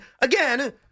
Again